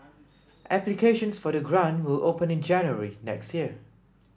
applications for the grant will open in January next year